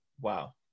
wow